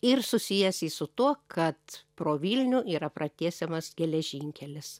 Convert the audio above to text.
ir susijęs jis su tuo kad pro vilnių yra pratiesiamas geležinkelis